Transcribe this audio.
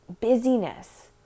busyness